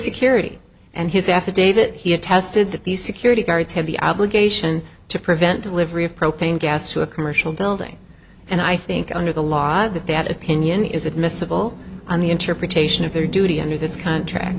security and his affidavit he attested that the security guards have the obligation to prevent delivery of propane gas to a commercial building and i think under the law that they had opinion is admissible on the interpretation of their duty under this contract